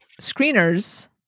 screeners